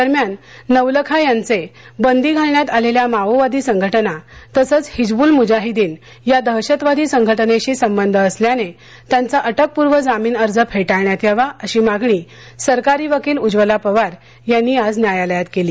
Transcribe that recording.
दरम्यान नवलखा यांचे बंदी घालण्यात आलेल्या माओवादी संघटना तसंच हिज्वूल मुजाहिदीन या दहशतवादी संघटनेशी संबंध असल्याने त्यांचा अटकपूर्व जामीन अर्ज फेटाळण्यात यावा अशी मागणी सरकारी वकील उज्ज्वला पवार यांनी आज न्यायालयात केली